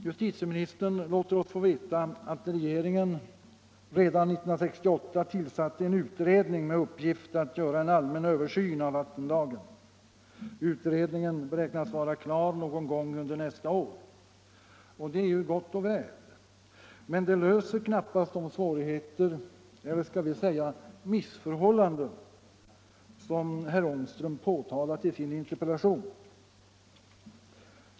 Justitieministern låter oss veta att regeringen redan 1968 tillsatte en utredning med uppgift att göra en allmän översyn av vattenlagen. Utredningen beräknas vara klar någon gång under nästa år. Det är ju gott och väl, men det avhjälper knappast de svårigheter — eller skall vi säga missförhållanden — som herr Ångström påtalat i sin interpellation.